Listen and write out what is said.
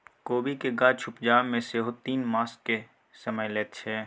कोबीक गाछ उपजै मे सेहो तीन मासक समय लैत छै